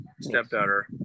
stepdaughter